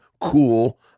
cool